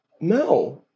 No